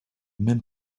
même